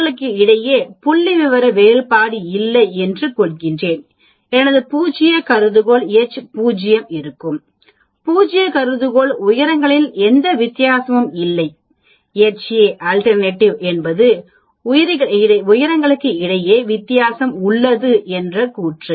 அவர்களுக்கிடையே புள்ளிவிவர வேறுபாடு இல்லை என்று கொள்கிறேன் எனது பூஜ்ய கருதுகோள் Ho ஆக இருக்கும் பூஜ்ய கருதுகோள் உயரங்களில் எந்த வித்தியாசமும் இல்லை Ha என்பது உயிரை களுக்கு இடையே வித்தியாசம் உள்ளது என்ற கூற்று